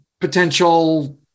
potential